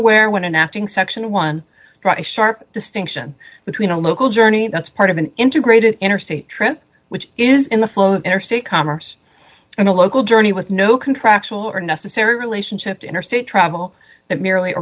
aware when in acting section one sharp distinction between a local journey that's part of an integrated interstate trip which is in the flow of interstate commerce and a local journey with no contractual or necessary relationship to interstate travel that merely